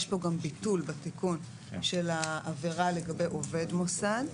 יש בתיקון גם ביטול של העבירה לגבי עובד מוסד,